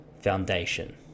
foundation